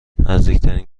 نزدیکترین